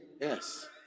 yes